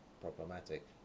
problematic